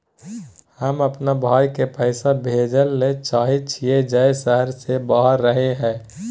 हम अपन भाई के पैसा भेजय ले चाहय छियै जे शहर से बाहर रहय हय